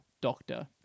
doctor